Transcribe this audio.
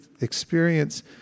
experience